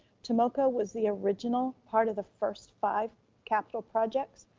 tomoka was the original part of the first five capital projects.